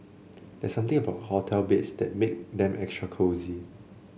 there's something about hotel beds that make them extra cosy